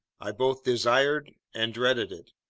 i both desired and dreaded it.